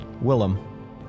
Willem